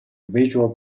visual